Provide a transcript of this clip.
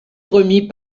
remis